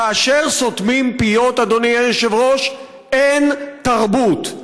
כאשר סותמים פיות, אדוני היושב-ראש, אין תרבות.